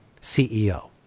CEO